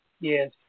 Yes